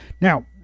Now